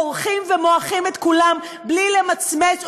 מורחים ומועכים את כולם בלי למצמץ,